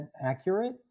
accurate